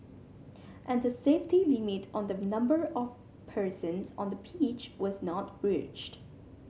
and the safety limit on the number of persons on the pitch was not breached